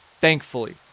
thankfully